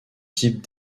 type